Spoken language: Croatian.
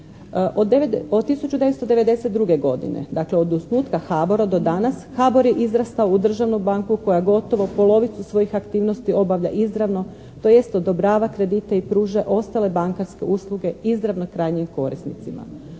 Od 1992. godine, dakle, od osnutka HABOR-a do danas HABOR je izrastao u državnu banku koja gotovo polovicu svojih aktivnosti obavlja izravno, tj., odobrava kredite i pruža ostale bankarske usluge izravno krajnjim korisnicima.